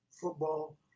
football